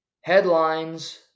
Headlines